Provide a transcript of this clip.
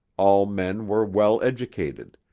all men were well-educated,